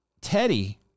Teddy